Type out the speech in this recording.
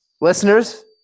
listeners